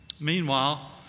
Meanwhile